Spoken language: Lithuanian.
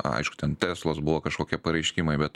aišku ten teslos buvo kažkokie pareiškimai bet